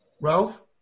Ralph